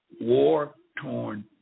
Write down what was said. war-torn